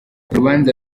rubanza